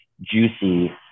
juicy